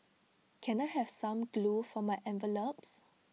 can I have some glue for my envelopes